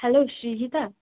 hello Srijita